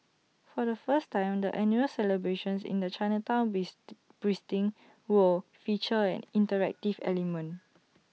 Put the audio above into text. for the first time the annual celebrations in the Chinatown bees pristine will feature an interactive element